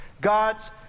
God's